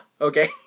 Okay